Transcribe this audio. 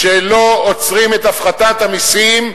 כשלא עוצרים את הפחתת המסים,